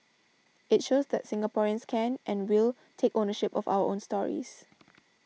it shows that Singaporeans can and will take ownership of our own stories